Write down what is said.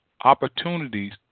opportunities